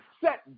set